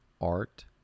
art